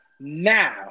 Now